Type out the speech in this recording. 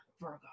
Virgo